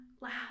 laugh